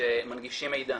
שמנגישים מידע,